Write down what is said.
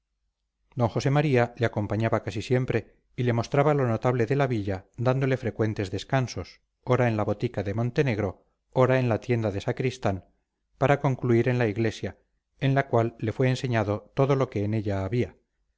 d josé maría le acompañaba casi siempre y le mostraba lo notable de la villa dándole frecuentes descansos ora en la botica de montenegro ora en la tienda de sacristán para concluir en la iglesia en la cual le fue enseñando todo lo que en ella había